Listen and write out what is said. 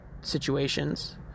situations